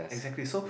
exactly so